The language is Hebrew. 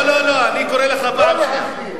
לא נגד יהודים.